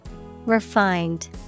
Refined